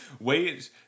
Wait